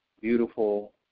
beautiful